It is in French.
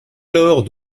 lors